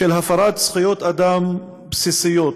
של הפרת זכויות אדם בסיסיות,